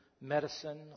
medicine